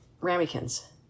ramekins